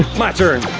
my turn.